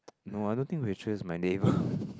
no I don't think Rachel is my neighbour